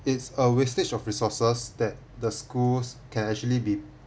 it's a wastage of resources that the schools can actually be